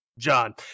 john